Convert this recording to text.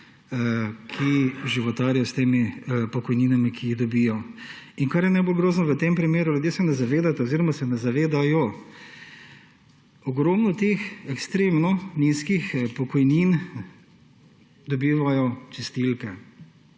ki životarijo s temi pokojninami, ki jih dobijo. In kar je najbolj grozno v tem primeru, ljudje se ne zavedate oziroma se ne zavedajo, da ogromno teh ekstremno nizkih pokojnin dobivajo čistilke